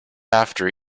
after